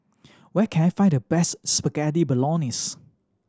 where can I find the best Spaghetti Bolognese